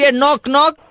knock-knock